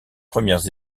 premières